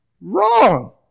wrong